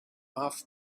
off